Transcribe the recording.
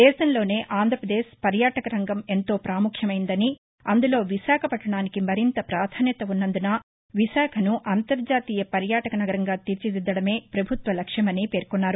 దేశంలోనే ఆంధ్రప్రదేశ్ పర్యాటక రంగం ఎంతో ప్రాముఖ్యమైనదని అందులో విశాఖపట్టణానికి మరింత ప్రాధాన్యత ఉన్నందున విశాఖను అంతర్జాతీయ పర్యాటక నగరంగా తీర్చిదిద్దడమే ప్రభుత్వ లక్ష్యమని పేర్కొన్నారు